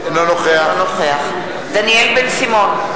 אינו נוכח דניאל בן-סימון,